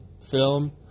Film